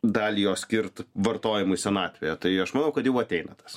dalį jo skirt vartojimui senatvėje tai aš manau kad jau ateina tas